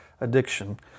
addiction